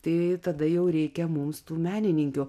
tai tada jau reikia mums tų menininkių